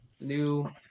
new